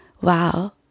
Wow